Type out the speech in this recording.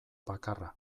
bakarra